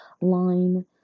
line